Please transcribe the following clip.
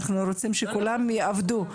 אנחנו רוצים שכולם יעבדו,